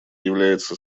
является